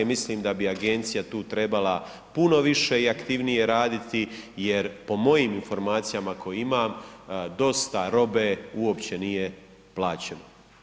Mislim da bi agencija tu trebala puno više i aktivnije raditi jer po mojim informacijama koje imam dosta robe uopće nije plaćeno.